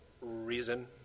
reason